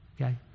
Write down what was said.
okay